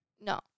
No